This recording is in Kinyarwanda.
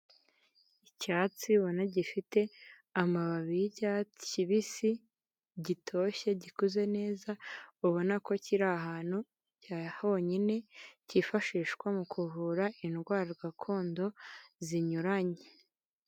Icyatsi ubona gifite amababi y'icyatsi kibisi gitoshye, gikuze neza ubona ko kiri ahantu cya honyine, kifashishwa mu kuvura indwara gakondo zinyuranye.